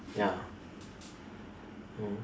ya mm